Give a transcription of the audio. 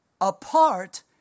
apart